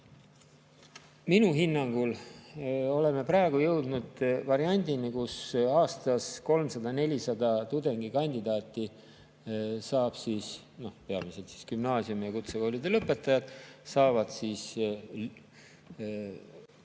Minu hinnangul oleme praegu jõudnud variandini, kus aastas 300–400 tudengikandidaati, peamiselt gümnaasiumide ja kutsekoolide lõpetajad, saavad täiendavalt